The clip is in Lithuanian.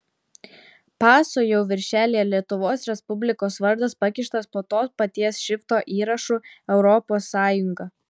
paso jau viršelyje lietuvos respublikos vardas pakištas po to paties šrifto įrašu europos sąjunga